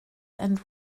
and